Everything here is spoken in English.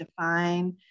define